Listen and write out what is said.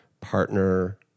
partner